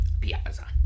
Piazza